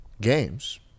games